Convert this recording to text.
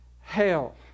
hell